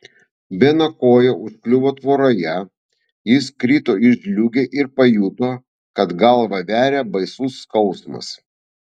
beno koja užkliuvo tvoroje jis krito į žliūgę ir pajuto kad galvą veria baisus skausmas